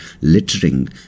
littering